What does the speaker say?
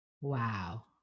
Wow